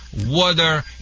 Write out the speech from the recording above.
water